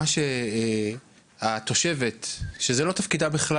מה שהתושבת, שזה כלל לא תפקידה בכלל,